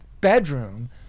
bedroom